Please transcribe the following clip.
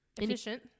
efficient